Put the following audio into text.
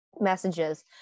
messages